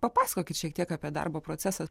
papasakokit šiek tiek apie darbo procesą